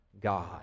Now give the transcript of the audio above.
God